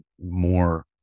more